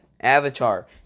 Avatar